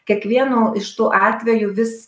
kiekvienu iš tų atvejų vis